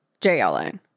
JLN